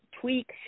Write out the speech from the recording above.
tweak